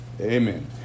Amen